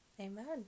Amen